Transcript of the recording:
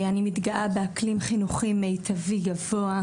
אני מתגאה באקלים חינוכי מיטבי גבוה,